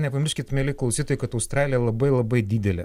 nepamirškit mieli klausytojai kad australija labai labai didelė